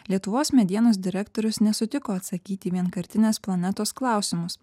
lietuvos medienos direktorius nesutiko atsakyti į vienkartines planetos klausimus